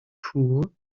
poor